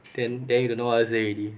then then you know what to say already